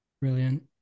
brilliant